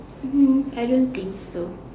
mmhmm I don't think so